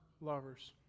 lovers